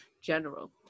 general